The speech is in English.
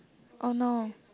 oh no